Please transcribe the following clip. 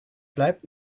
bleibt